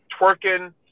twerking